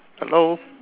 hello